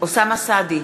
אוסאמה סעדי,